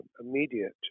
immediate